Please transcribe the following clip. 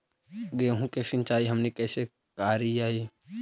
गेहूं के सिंचाई हमनि कैसे कारियय?